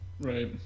right